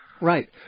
right